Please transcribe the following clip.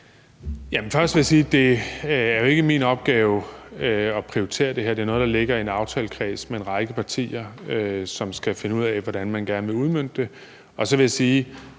Først vil jeg sige, at det jo ikke er min opgave at prioritere det her. Det er noget, der ligger i en aftalekreds med en række partier, som skal finde ud af, hvordan man gerne vil udmønte det. Så vil jeg sige,